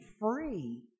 free